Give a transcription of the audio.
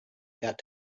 got